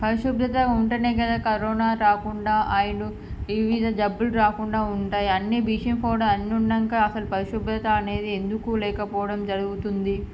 పరిశుభ్రత ఉంటేనే కదా కరోనా రాకుండా అయిడు వివిధ జబ్బులు రాకుండా ఉంటాయి అన్ని బ్లీచింగ్ పౌడర్ అన్ని ఉన్నాక పరిశుభ్రత అనేది ఎందుకు లేకపోవడం జరుగుతుంది